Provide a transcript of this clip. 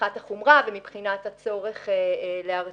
שמבחינת החומרה ומבחינת הצורך להרתיע